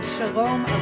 Shalom